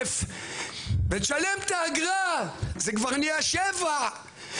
ש"ח ותשלם את האגרה זה כבר נהיה 7,000 ₪,